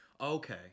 Okay